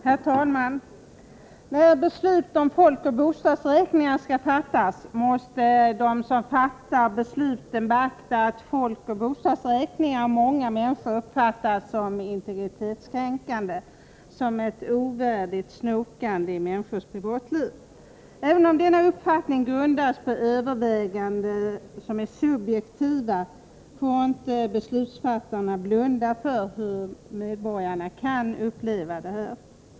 Herr talman! När beslut om folkoch bostadsräkningar skall fattas måste de som fattar besluten beakta att folkoch bostadsräkningarna av många människor uppfattas som integritetskränkande — som ett ovärdigt snokande i människors privatliv. Även om denna uppfattning grundas på subjektiva överväganden får inte beslutsfattarna blunda för hur medborgarna kan uppleva detta.